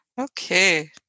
okay